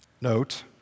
Note